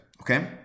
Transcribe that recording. okay